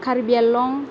Karbi Anglong